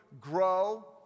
grow